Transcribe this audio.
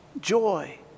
joy